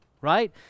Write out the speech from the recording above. right